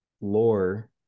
Lore